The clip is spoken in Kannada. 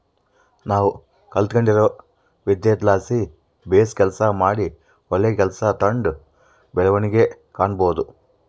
ನಾವು ಕಲಿತ್ಗಂಡಿರೊ ವಿದ್ಯೆಲಾಸಿ ಬೇಸು ಕೆಲಸ ಮಾಡಿ ಒಳ್ಳೆ ಕೆಲ್ಸ ತಾಂಡು ಬೆಳವಣಿಗೆ ಕಾಣಬೋದು